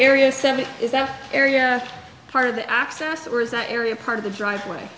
seven is that area part of the access or is that area part of the driveway